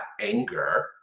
anger